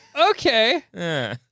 Okay